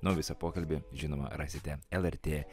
na o visą pokalbį žinoma rasite lrt